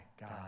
God